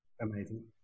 Amazing